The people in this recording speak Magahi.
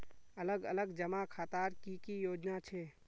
अलग अलग जमा खातार की की योजना छे?